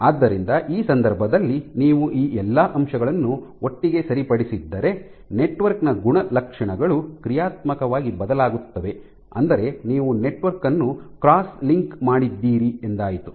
ಆದ್ದರಿಂದ ಈ ಸಂದರ್ಭದಲ್ಲಿ ನೀವು ಈ ಎಲ್ಲ ಅಂಶಗಳನ್ನು ಒಟ್ಟಿಗೆ ಸರಿಪಡಿಸಿದ್ದರೆ ನೆಟ್ವರ್ಕ್ ನ ಗುಣಲಕ್ಷಣಗಳು ಕ್ರಿಯಾತ್ಮಕವಾಗಿ ಬದಲಾಗುತ್ತವೆ ಅಂದರೆ ನೀವು ನೆಟ್ವರ್ಕ್ ಅನ್ನು ಕ್ರಾಸ್ ಲಿಂಕ್ ಮಾಡಿದ್ದೀರಿ ಎಂದಾಯಿತು